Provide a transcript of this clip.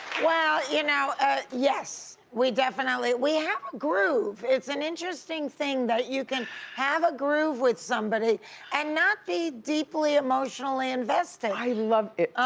well, you know ah yes, we definitely, we have a groove. it's an interesting thing that you can have a groove with somebody and not be deeply emotionally invested. i love it.